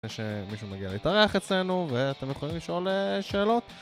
כדי שמגיע להתארח אצלנו ואתם יכולים לשאול שאלות